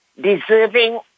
deserving